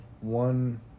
one